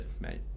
mate